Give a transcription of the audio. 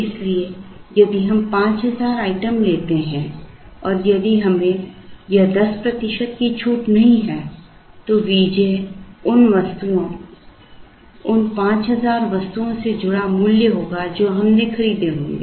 इसलिए यदि हम 5000 आइटम लेते हैं और यदि हमें यह 10 प्रतिशत की छूट नहीं है तो Vj उन 5000 वस्तुओं से जुड़ा मूल्य होगा जो हमने खरीदे होंगे